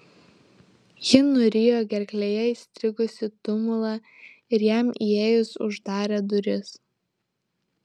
ji nurijo gerklėje įstrigusį tumulą ir jam įėjus uždarė duris